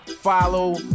follow